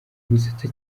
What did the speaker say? gusetsa